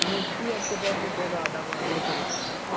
मेथी आपको दस रुपए का आधा पाव दो सौ ग्राम है